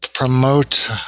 promote